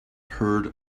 heard